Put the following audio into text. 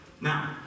now